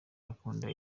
akunda